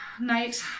night